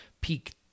peak